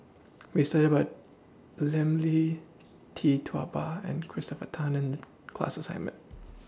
We studied about Lim Lee Tee Tua Ba and Christopher Tan in class assignment